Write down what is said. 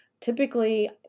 Typically